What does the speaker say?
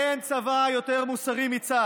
אין צבא יותר מוסרי מצה"ל,